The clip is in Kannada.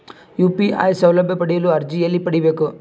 ಯು.ಪಿ.ಐ ಸೌಲಭ್ಯ ಪಡೆಯಲು ಅರ್ಜಿ ಎಲ್ಲಿ ಪಡಿಬೇಕು?